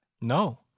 No